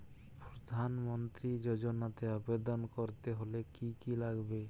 প্রধান মন্ত্রী যোজনাতে আবেদন করতে হলে কি কী লাগবে?